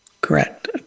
Correct